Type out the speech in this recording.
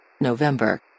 November